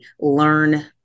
learn